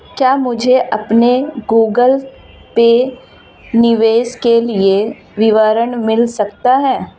क्या मुझे अपने गूगल पे निवेश के लिए विवरण मिल सकता है?